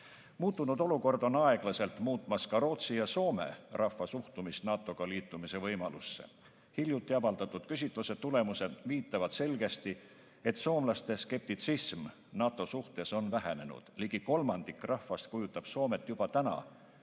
tegijaks. Muutunud olukord on aeglaselt muutmas ka Rootsi ja Soome rahva suhtumist NATO‑ga liitumise võimalusse. Hiljuti avaldatud küsitluse tulemused viitavad selgesti, et soomlaste skeptitsism NATO suhtes on vähenenud. Ligi kolmandik rahvast kujutab Soomet juba täna